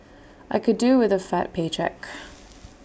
I could do with A fat paycheck